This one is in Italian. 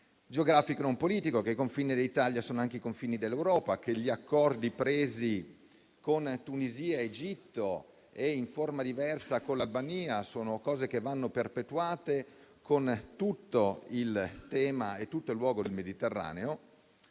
geografico e non politico: che i confini dell'Italia sono anche i confini dell'Europa, che gli accordi presi con Tunisia, Egitto e in forma diversa con l'Albania vanno perpetuati in ogni luogo del Mediterraneo.